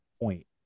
point